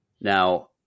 Now